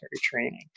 training